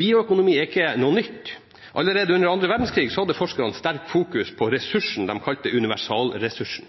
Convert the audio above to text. Bioøkonomi er ikke noe nytt. Allerede under andre verdenskrig hadde forskerne sterkt fokus på ressursen de kalte universalressursen.